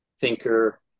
thinker